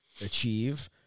achieve